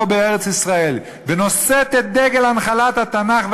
בארץ-ישראל ונושאת את דגל הנחלת התנ"ך,